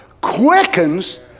quickens